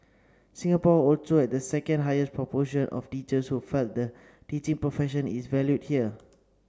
Singapore also had the second highest proportion of teachers who felt the teaching profession is valued here